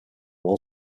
wall